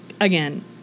Again